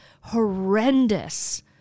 horrendous